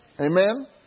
Amen